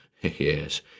Yes